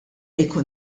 jkun